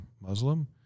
Muslim